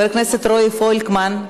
חבר הכנסת רועי פולקמן,